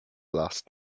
last